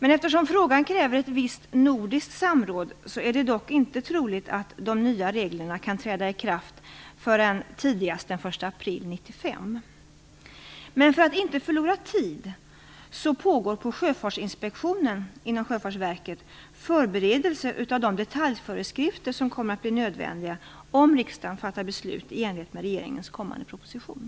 Eftersom frågan kräver visst nordiskt samråd är det dock inte troligt att de nya reglerna kan träda i kraft förrän tidigast den 1 april 1995. För att inte förlora tid pågår på Sjöfartsinspektionen inom Sjöfartsverket förberedelse av de detaljföreskrifter som kommer att bli nödvändiga om riksdagen beslutar i enlighet med regeringens kommande proposition.